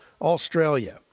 Australia